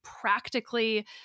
practically